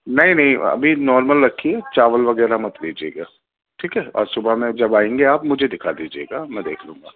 نہیں نہیں ابھی نارمل رکھیے چاول وغیرہ مت لیجیے گا ٹھیک ہے اور صبح میں جب آئیں گے مجھے دکھا دیجیے گا میں دیکھ لوں گا